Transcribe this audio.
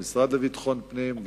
המשרד לביטחון פנים,